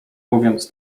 mówiąc